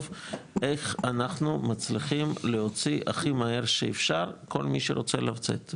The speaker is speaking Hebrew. ולחשוב איך אנחנו מצליחים להוציא הכי מהר שאפשר כל מי שרוצה לצאת,